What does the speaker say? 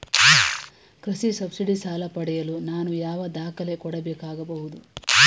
ಕೃಷಿ ಸಬ್ಸಿಡಿ ಸಾಲ ಪಡೆಯಲು ನಾನು ಯಾವ ದಾಖಲೆ ಕೊಡಬೇಕಾಗಬಹುದು?